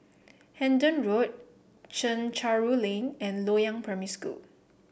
Hendon Road Chencharu Lane and Loyang Primary School